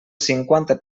cinquanta